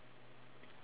okay